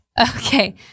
Okay